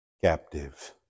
captive